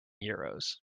euros